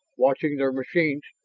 watching their machines.